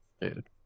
Dude